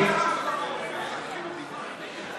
חנין, מה המטרה של החוק הזה?